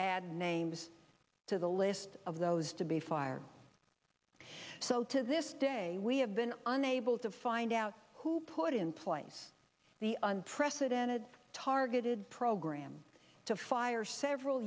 add names to the list of those to be fired so to this day we have been unable to find out who put in place the unprecedented targeted program to fire several